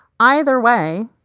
either way,